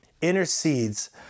intercedes